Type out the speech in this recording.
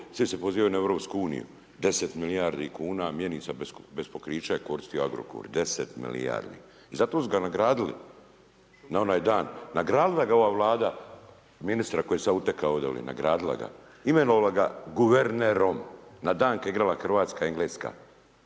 svi se pozivaju na Europsku uniju, 10 milijardi kuna, mjenica bez pokrića je koristio Agrokor, 10 milijardi. I zato su ga nagradili na onaj dan, nagradili da ga ova Vlada, ministra koji je sad utekao ovdje, nagradila ga. Imenovala ga guvernerom na dan kada je igrala Hrvatska-Engleska.